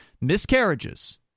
miscarriages